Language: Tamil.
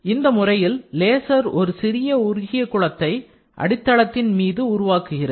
இந்த முறையில் லேசர் ஒரு சிறிய உருகிய குளத்தை அடித்தளத்தின் மீது உருவாக்குகிறது